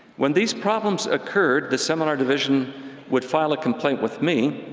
when these problems occurred, the seminar division would file a complaint with me,